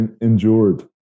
endured